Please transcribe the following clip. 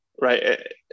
Right